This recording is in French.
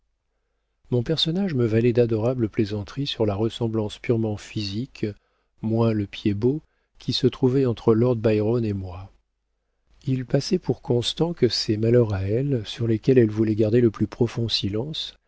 mon personnage me valait d'adorables plaisanteries sur la ressemblance purement physique moins le pied bot qui se trouvait entre lord byron et moi il passait pour constant que ses malheurs à elle sur lesquels elle voulait garder le plus profond silence